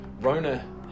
rona